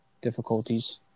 difficulties